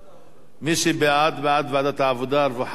מי שבעד, בעד ועדת העבודה, הרווחה והבריאות.